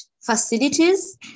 facilities